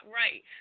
right